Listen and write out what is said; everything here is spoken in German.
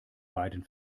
beiden